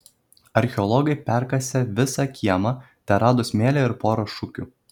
archeologai perkasę visą kiemą terado smėlį ir porą šukių